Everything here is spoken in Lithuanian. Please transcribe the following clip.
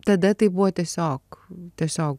tada tai buvo tiesiog tiesiog